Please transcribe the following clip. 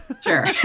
sure